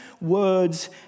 words